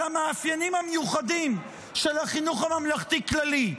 המאפיינים המיוחדים של החינוך הממלכתי הכללי.